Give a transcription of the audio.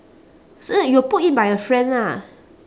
so you pulled in by a friend lah